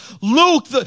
luke